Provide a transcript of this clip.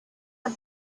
are